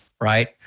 right